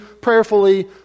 prayerfully